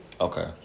Okay